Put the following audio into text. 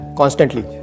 constantly